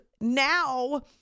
now